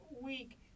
week